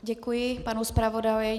Děkuji panu zpravodaji.